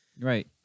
Right